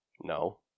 No